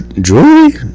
Jewelry